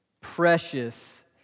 Precious